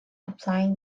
applying